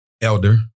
Elder